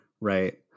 right